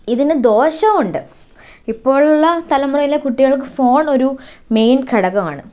ഇതിന് ദോഷവും ഉണ്ട് ഇപ്പോഴുള്ള തലമുറയിലെ കുട്ടികൾക്ക് ഫോൺ ഒരു മെയിൻ ഘടകമാണ്